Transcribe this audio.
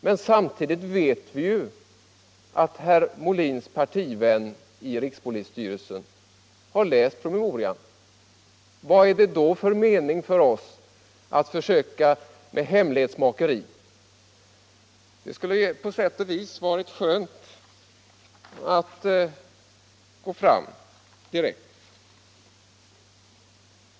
Men samtidigt vet ju alla att herr Molins partivän i rikspolisstyrelsen har läst promemorian. Vad är det då för mening för oss att försöka med hemlighetsmakeri? Det skulle på sätt och vis varit skönt att gå fram direkt.